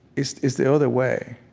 it's it's the other way.